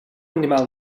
animal